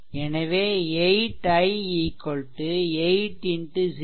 எனவே 8 x i 8 x 0